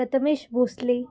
Prathamesh Bhosle